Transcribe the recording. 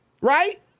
Right